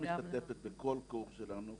דינה משתתפת בכל קורס שלנו,